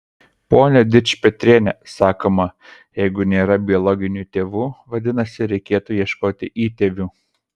pone dičpetriene sakoma jeigu nėra biologinių tėvų vadinasi reikėtų ieškoti įtėvių